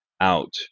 out